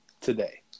today